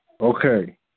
Okay